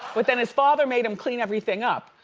but then his father made him clean everything up.